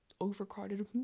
overcrowded